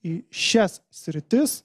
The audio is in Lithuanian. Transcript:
į šias sritis